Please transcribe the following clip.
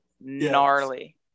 gnarly